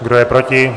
Kdo je proti?